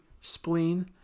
spleen